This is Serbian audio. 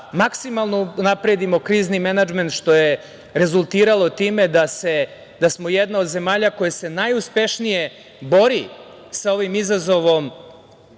maksimalno unapredimo krizni menadžment što je rezultiralo time da smo jedna od zemalja koja se najuspešnije bori sa ovim izazovom